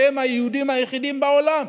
שאלה היהודים היחידים בעולם,